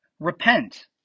Repent